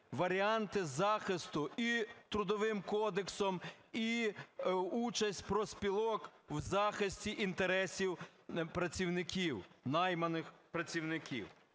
варіанти захисту і Трудовим кодексом, і участь профспілок у захисті інтересів працівників, найманих працівників.